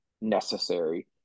necessary